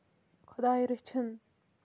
خۄداے رٔچھِنۍ